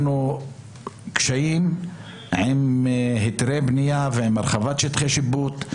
קשיים עם היתרי בנייה ועם הרחבת שטחי שיפוט.